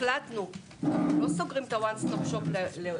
החלטנו שאנו לא סוגרים את ה- one stop shop לאוקראינה.